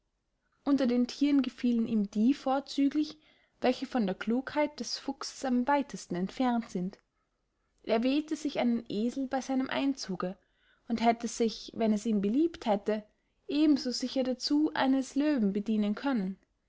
unter den thieren gefielen ihm die vorzüglich welche von der klugheit des fuchses am weitesten entfernt sind er wählte sich einen esel bey seinem einzuge und hätte sich wenn es ihm beliebt hätte eben so sicher dazu eines löwen bedienen können